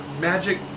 Magic